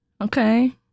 okay